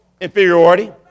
inferiority